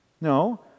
No